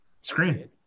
screen